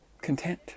content